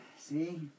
see